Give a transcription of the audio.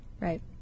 Right